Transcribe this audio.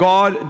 God